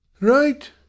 Right